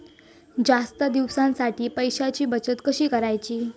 जास्त दिवसांसाठी पैशांची बचत कशी करायची?